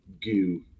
goo